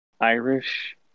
irish